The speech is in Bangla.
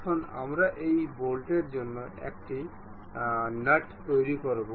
এখন আমরা এই বোল্টের জন্য একটি নাট তৈরি করব